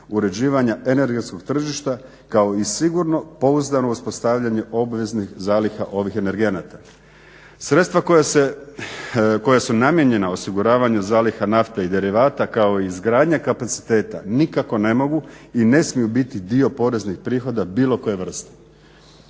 uređivanja energetskog tržišta kao i sigurno pouzdano uspostavljanje obveznih zaliha ovih energenata. Sredstva koja su namijenjena osiguravanju zaliha nafte i derivata kao i izgradnja kapaciteta nikako ne mogu i ne smiju biti dio poreznih prihoda bilo koje vrste.